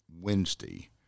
Wednesday